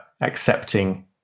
accepting